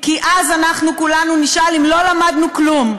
כי אז אנחנו כולנו נשאל אם לא למדנו כלום.